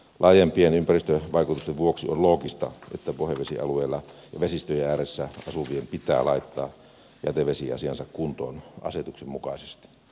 laajempien ympäristövaikutusten vuoksi on loogista että pohjavesialueella ja vesistöjen ääressä asuvien pitää laittaa jätevesiasiansa kuntoon asetuksen mukaisesti